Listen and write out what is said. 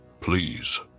please